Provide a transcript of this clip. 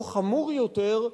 או חמור יותר,